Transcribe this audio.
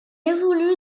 évolue